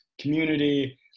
community